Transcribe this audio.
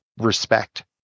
respect